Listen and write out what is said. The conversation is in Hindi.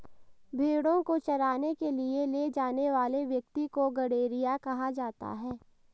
भेंड़ों को चराने के लिए ले जाने वाले व्यक्ति को गड़ेरिया कहा जाता है